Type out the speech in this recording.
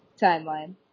timeline